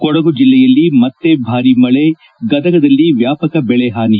ಕೊಡಗು ಜಿಲ್ಲೆಯಲ್ಲಿ ಮತ್ತೆ ಭಾರಿ ಮಳೆ ಗದಗದಲ್ಲಿ ವ್ಯಾಪಕ ಬೆಳೆ ಹಾನಿ